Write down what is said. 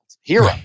hero